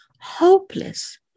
Hopeless